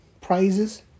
prizes